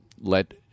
let